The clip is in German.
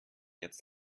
jetzt